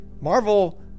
Marvel